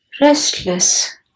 restless